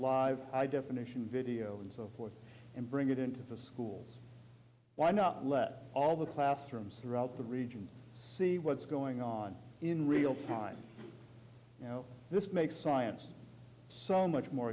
live i definition video and so forth and bring it into schools why not let all the classrooms throughout the region see what's going on in real time this makes science so much more